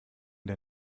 der